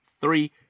three